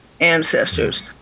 ancestors